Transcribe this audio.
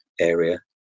area